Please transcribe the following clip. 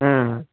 ఆ